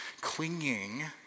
clinging